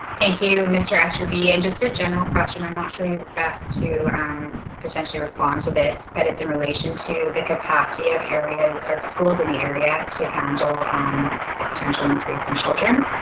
thank you mr. aster be and just a general question. i'm not sure his best to um potentially respond to this, but it's in relation to the capacity of areas. are schools in the area to handle um ah potential increase in children?